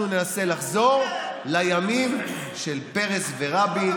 אנחנו ננסה לחזור לימים של פרס ורבין,